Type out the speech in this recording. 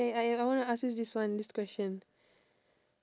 okay I I wanna ask you this one this question